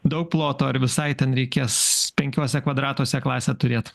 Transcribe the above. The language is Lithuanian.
daug ploto ar visai ten reikės penkiuose kvadratuose klasę turėt